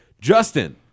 Justin